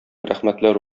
рәхмәтләр